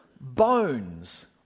bones